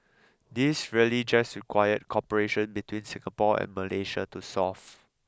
these really just required cooperation between Singapore and Malaysia to solve